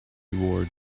ward